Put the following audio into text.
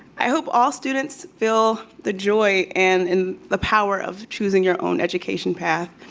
i hope all students feel the joy and in the power of choosing your own education path.